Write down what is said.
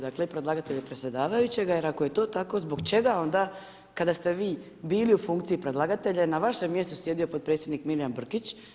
Dakle i predlagatelja i predsjedavajućega jer ako je to tako, zbog čega onda kada ste vi bili u funkciji predlagatelja je na vašem mjestu sjedio potpredsjednik Milijan Brkić.